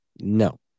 no